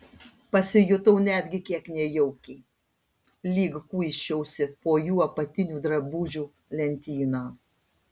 pasijutau netgi kiek nejaukiai lyg kuisčiausi po jų apatinių drabužių lentyną